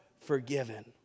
forgiven